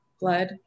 blood